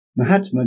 Mahatma